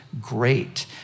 great